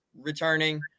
returning